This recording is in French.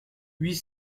huit